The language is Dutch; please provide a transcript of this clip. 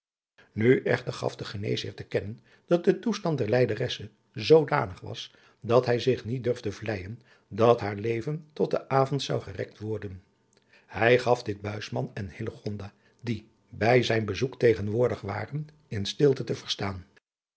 nu echter gaf de geneesheer te kennen dat de toesland der lijderesse zoodanig was dat hij zich niet durfde vleijen dat haar leven tot den avond zou gerekt worden hij gaf dit buisman en hillegonda die bij zijn bezoek tegenwoordig waren in stilte te verstaan